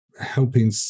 helping